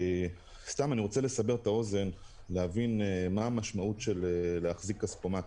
אני רוצה לסבר את האוזן כדי שתבינו מה המשמעות של להחזיק כספומט,